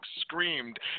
screamed